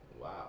Wow